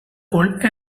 called